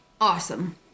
Awesome